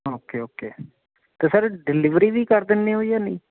okay okay ਅਤੇ sir delivery ਵੀ ਕਰ ਦਿੰਦੇ ਹੋ ਜਾਂ ਨਹੀਂ